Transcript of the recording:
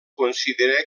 considera